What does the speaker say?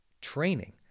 training